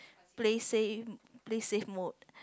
play safe play safe mode